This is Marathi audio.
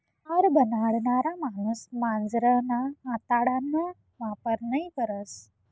तार बनाडणारा माणूस मांजरना आतडाना वापर नयी करस